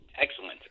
Excellent